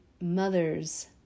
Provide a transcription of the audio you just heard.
mother's